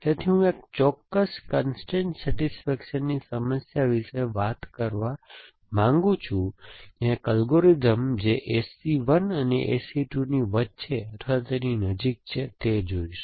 તેથી હું એક ચોક્કસ કન્સ્ટ્રેઇન સેટિસ્ફેક્શનની સમસ્યા વિશે વાત કરવા માંગુ છું જ્યાં એક એલ્ગોરિધમ જે AC 1 અને AC 2 ની વચ્ચે અથવા તેની નજીક છે તે જોશું